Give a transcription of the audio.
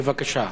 בבקשה.